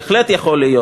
בהחלט יכול להיות.